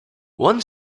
one